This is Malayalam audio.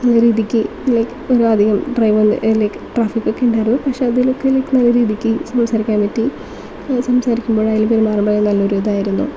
നല്ല രീതിക്ക് ലൈക്ക് ഒരു അധികം ഡ്രൈവ് ഒന്ന് ലൈക്ക് ട്രാഫിക് ഒക്കെ ഉണ്ടായിരുന്നു പക്ഷേ അതിലൊക്കെ ലൈക്ക് നല്ല രീതിക്ക് സംസാരിക്കാൻ പറ്റി സംസാരിക്കുമ്പോഴായാലും പെരുമാറുമ്പോഴായാലും നല്ലൊരു ഇതായിരുന്നു